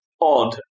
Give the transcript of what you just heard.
odd